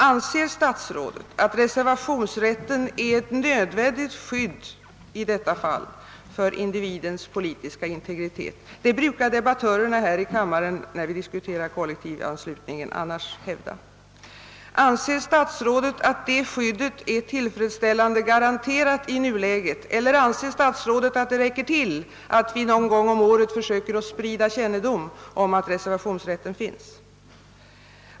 Anser statsrådet att reservationsrätten är ett nödvändigt skydd för individens politiska integritet i detta fall? Det brukar debattörer här i kammaren annars hävda när vi diskuterar kollektivanslutningen. Anser statsrådet att det skyddet är tillfredsställande garanterat i nuläget eller anser statsrådet att det räcker att vi någon gång om året försöker sprida kännedom om att reservationsrätten finns?